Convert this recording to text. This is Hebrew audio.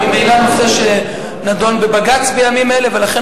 כי זה ממילא נושא שנדון בבג"ץ בימים אלה ולכן